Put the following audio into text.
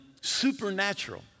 supernatural